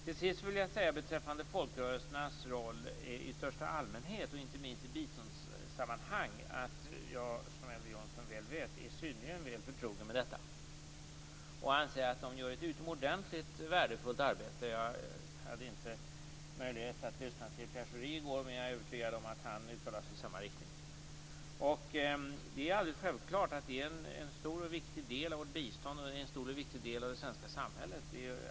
Till sist vill jag säga beträffande folkrörelsernas roll i största allmänhet, inte minst i biståndssammanhang, att jag, som Elver Jonsson väl vet, är synnerligen väl förtrogen med detta och anser att de gör ett utomordentligt värdefullt arbete. Jag hade inte möjlighet att lyssna till Pierre Schori i går, men jag är övertygad om att han uttalar sig i samma riktning. Det är alldeles självklart att det är en stor och viktig del av vårt bistånd. Det är en stor och viktig del av det svenska samhället.